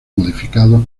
modificados